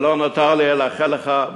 ולא נותר לי אלא לאחל לך,